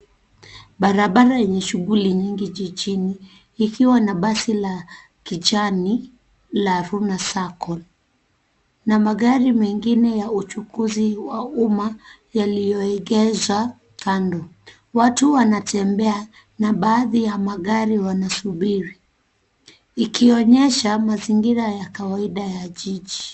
Barabara yenye shughuli nyingi jijini ikiwa na basi la kijani la Runa Sacco na magari mengine ya uchukuzi wa umma yaliyoegezwa kando. Watu wanatembea na baadhi ya magari wanasubiri ikiwanyesha mazingira ya kawaida ya jiji.